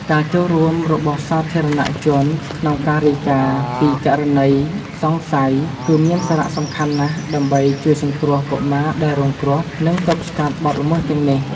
ការចូលរួមរបស់សាធារណជនក្នុងការរាយការណ៍ពីករណីសង្ស័យ គឺមានសារៈសំខាន់ណាស់ ដើម្បីជួយសង្គ្រោះកុមារដែលរងគ្រោះ និងទប់ស្កាត់បទល្មើសទាំងនេះ។